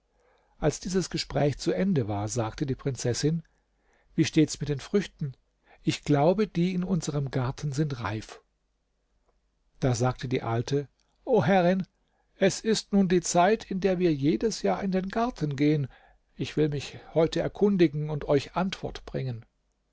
als dieses gespräch zu ende war sagte die prinzessin wie steht's mit den früchten ich glaube die in unserem garten sind reif da sagte die alte o herrin es ist nun die zeit in der wir jedes jahr in den garten gehen ich will mich heute erkundigen und euch antwort bringen